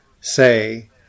say –